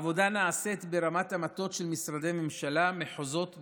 העבודה נעשית ברמת המטות של משרדי הממשלה והמחוזות ברשויות,